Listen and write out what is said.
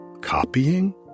Copying